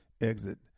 Exit